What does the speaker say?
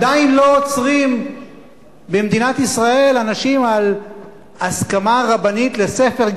אבל עדיין לא עוצרים במדינת ישראל אנשים על הסכמה רבנית לספר,